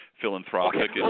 philanthropic